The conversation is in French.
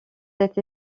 cette